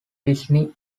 disney